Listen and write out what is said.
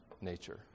nature